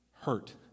hurt